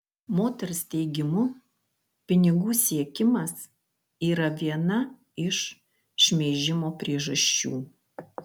moters teigimu pinigų siekimas yra viena iš šmeižimo priežasčių